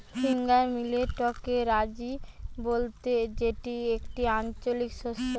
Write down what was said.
finger মিলেটকে রাজি বলতে যেটি একটি আঞ্চলিক শস্য